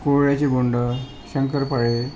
कुरळ्याची बाेंडं शंकरपाळे